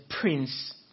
prince